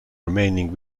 remaining